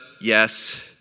Yes